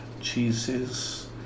cheeses